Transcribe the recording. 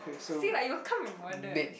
see like you can't be bothered